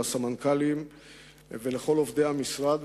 לסמנכ"לים ולכל עובדי המשרד,